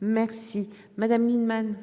merci Madame Lienemann.